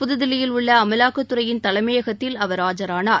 புதுதில்லியில் உள்ள அமலாக்கத்துறையின் தலைமையகத்தில் அவர் ஆஜரானார்